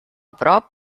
prop